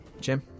Jim